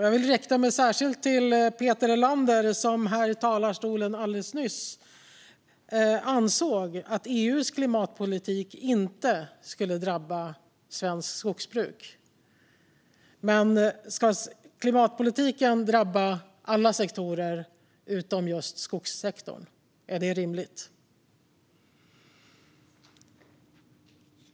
Jag vill här rikta mig särskilt till Peter Helander, som i talarstolen alldeles nyss ansåg att EU:s klimatpolitik inte ska drabba svenskt skogsbruk. Ska klimatpolitiken drabba alla sektorer utom just skogssektorn? Är det rimligt?